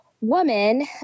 woman